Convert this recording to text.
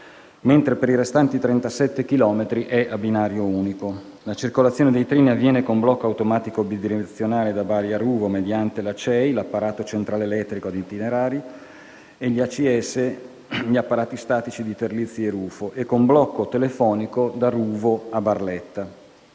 mentre per i restanti 37 chilometri è a binario unico. La circolazione dei treni avviene con blocco automatico bidirezionale da Bari a Ruvo mediante l'apparato centrale elettrico a itinerari (ACEI) e gli apparati centrali statici (ACS) di Terlizzi e Ruvo, e con blocco telefonico da Ruvo a Barletta.